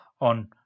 on